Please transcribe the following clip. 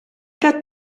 got